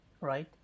right